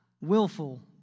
Willful